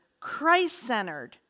Christ-centered